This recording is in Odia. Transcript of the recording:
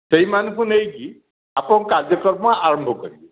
ସେଇମାନଙ୍କୁ ନେଇକି ଆପଣ କାର୍ଯ୍ୟକ୍ରମ ଆରମ୍ଭ କରିବେ